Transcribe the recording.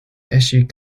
assumed